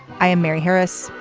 i am mary harris.